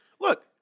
Look